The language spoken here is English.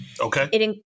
Okay